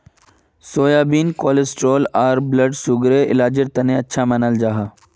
soybean cholesterol आर blood सुगरर इलाजेर तने अच्छा मानाल जाहा